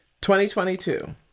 2022